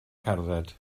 cerdded